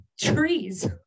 trees